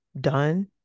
done